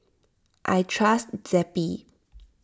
I trust Zappy